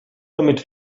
damit